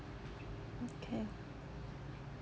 okay